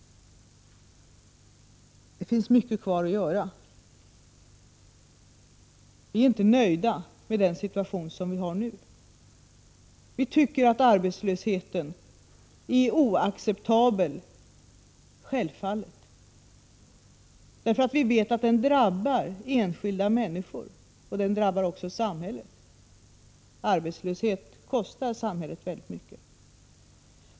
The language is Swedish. Det finns mycket kvar att göra, och vi är i regeringen inte nöjda med den nuvarande situationen. Arbetslösheten är självfallet oacceptabel — den drabbar enskilda människor och kostar samhället oerhört mycket.